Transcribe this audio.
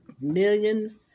million